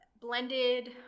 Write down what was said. blended